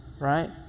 right